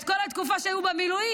את כל התקופה שהיו במילואים